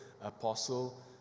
apostle